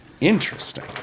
Interesting